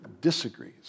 disagrees